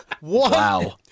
Wow